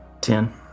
Ten